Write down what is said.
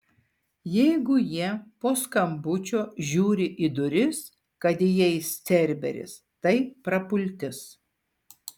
jeigu jie po skambučio žiūri į duris kad įeis cerberis tai prapultis